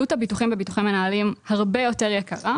עלות הביטוחים בביטוחי מנהלים הרבה יותר יקרה.